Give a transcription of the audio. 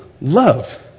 love